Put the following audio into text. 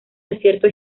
desierto